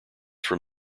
from